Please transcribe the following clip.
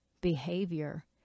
behavior